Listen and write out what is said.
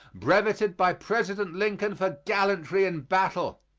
brevetted by president lincoln for gallantry in battle.